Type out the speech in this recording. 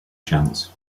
chance